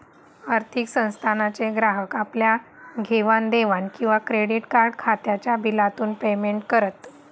आर्थिक संस्थानांचे ग्राहक आपल्या घेवाण देवाण किंवा क्रेडीट कार्ड खात्याच्या बिलातून पेमेंट करत